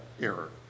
error